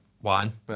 One